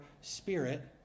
spirit